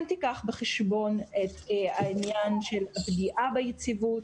תיקח בחשבון את עניין הפגיעה ביציבות,